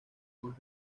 más